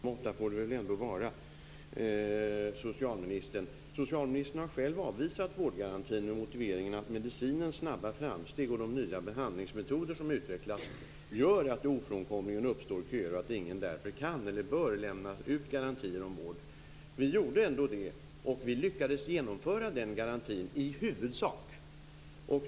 Fru talman! Jag håller med: Någon måtta får det väl ändå vara, socialministern. Socialministern har själv avvisat vårdgarantin med motiveringen att medicinens snabba framsteg och de nya behandlingsmetoder som utvecklas gör att det ofrånkomligen uppstår köer och att ingen därför kan eller bör lämna ut garantier om vård. Vi gjorde ändå det, och vi lyckades genomföra den garantin - i huvudsak.